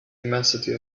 immensity